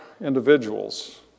individuals